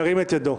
ירים את ידו.